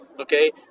Okay